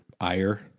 ire